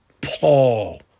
Paul